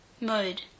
Mode